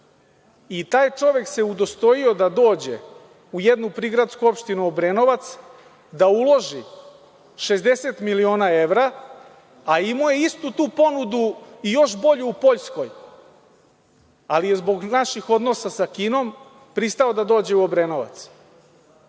Taj čovek se udostojio da dođe u jednu prigradsku opštinu Obrenovac da uloži 60 miliona evra, a imao je istu tu ponudu i još bolju u Poljskoj, ali je zbog naših odnosa sa Kinom pristao da dođe u Obrenovac.